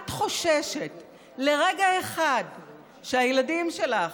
את חוששת לרגע אחד שהילדים שלך,